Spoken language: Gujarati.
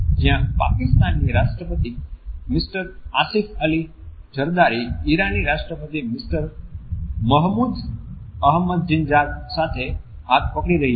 જ્યાં પાકિસ્તાની રાષ્ટ્રપતિ મિસ્ટર આસિફ અલી ઝરદારી ઇરાની રાષ્ટ્રપતિ મિસ્ટર મહમૂદ અહમદિનીજાદ સાથે હાથ પકડી રહ્યા છે